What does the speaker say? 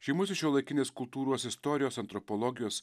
žymusis šiuolaikinės kultūros istorijos antropologijos